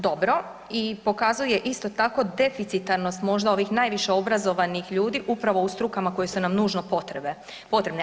Dobro i pokazuje isto tako deficitarnost možda ovih najviše obrazovanih ljudi upravo u strukama koje su nam nužno potrebne.